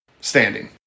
standing